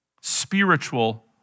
spiritual